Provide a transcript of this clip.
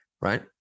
right